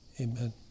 amen